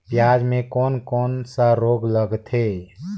पियाज मे कोन कोन सा रोग लगथे?